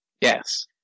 Yes